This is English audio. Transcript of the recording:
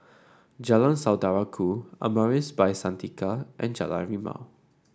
Jalan Saudara Ku Amaris By Santika and Jalan Rimau